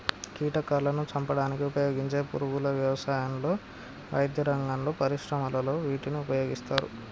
కీటకాలాను చంపడానికి ఉపయోగించే పురుగుల వ్యవసాయంలో, వైద్యరంగంలో, పరిశ్రమలలో వీటిని ఉపయోగిస్తారు